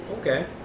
Okay